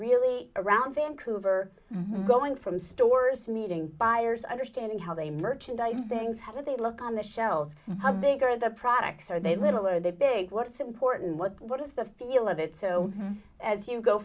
really around vancouver going from stores meeting buyers understanding how they merchandise things how they look on the shelves how big are the products are they little are they big what's important what what is the feel of it so as you go